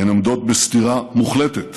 הן עומדות בסתירה מוחלטת